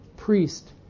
priest